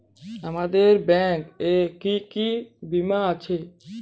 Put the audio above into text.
আপনাদের ব্যাংক এ কি কি বীমা আছে?